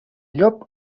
llop